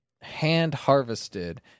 hand-harvested